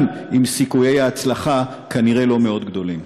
גם אם סיכויי ההצלחה כנראה לא מאוד גדולים.